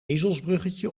ezelsbruggetje